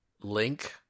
Link